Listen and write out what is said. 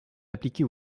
appliquée